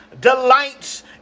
delights